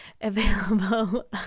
available